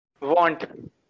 Want